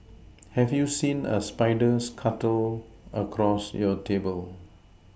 have you seen a spider scuttle across your table